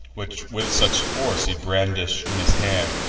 which with such force he brandish'd in his hand,